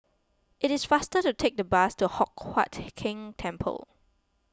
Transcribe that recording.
it is faster to take the bus to Hock Huat Keng Temple